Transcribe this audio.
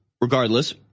regardless